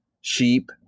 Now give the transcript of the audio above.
sheep